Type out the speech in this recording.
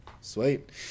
Sweet